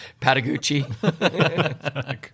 Patagucci